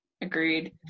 Agreed